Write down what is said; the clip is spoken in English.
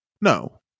no